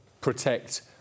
protect